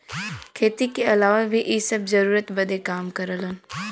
खेती के अलावा भी इ सब जरूरत बदे काम करलन